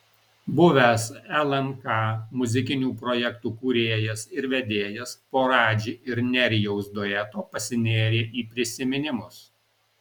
buvęs lnk muzikinių projektų kūrėjas ir vedėjas po radži ir nerijaus dueto pasinėrė į prisiminimus